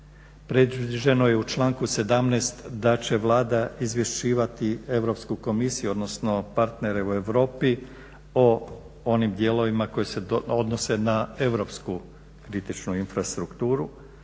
Predviđeno je u članku 17. da će Vlada izvješćivati Europsku komisiju, odnosno partnere u Europi o onim dijelovima koji se odnose na europsku kritičnu infrastrukturu,